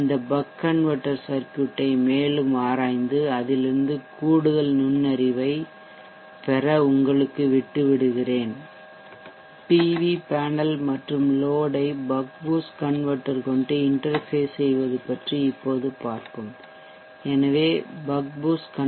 இந்த buck converter circuit ஐ மேலும் ஆராய்ந்து அதிலிருந்து கூடுதல் நுண்ணறிவைப் பெற உங்களுக்கு விட்டு விடுகிறேன்